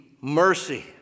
mercy